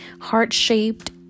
heart-shaped